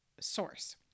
source